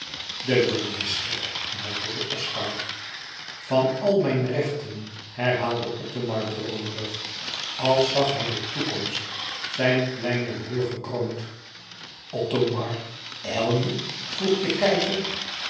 de jongen is gek mompelde oscar van al mijn rechten herhaalde othomar droomerig als zag hij de toekomst zijn kleinen broêr gekroond othomar ijl je vroeg de keizer